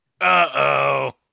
Uh-oh